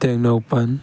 Tengnoupal